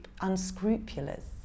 unscrupulous